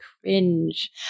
cringe